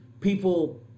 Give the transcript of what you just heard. People